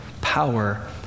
power